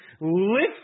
lift